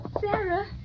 Sarah